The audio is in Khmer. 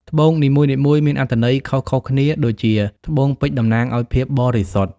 ត្បូងនីមួយៗមានអត្ថន័យខុសៗគ្នាដូចជា ត្បូងពេជ្រតំណាងឱ្យភាពបរិសុទ្ធ។